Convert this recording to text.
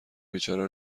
بیچاره